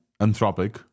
Anthropic